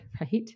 right